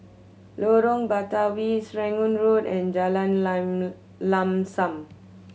Lorong Batawi Serangoon Road and Jalan Lam Lam Sam